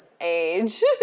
age